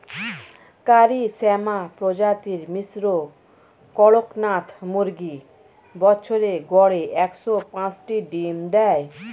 কারি শ্যামা প্রজাতির মিশ্র কড়কনাথ মুরগী বছরে গড়ে একশ পাঁচটি ডিম দেয়